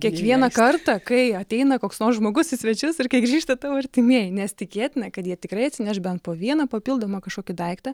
kiekvieną kartą kai ateina koks nors žmogus į svečius ir kai grįžta tavo artimieji nes tikėtina kad jie tikrai atsineš bent po vieną papildomą kažkokį daiktą